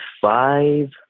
five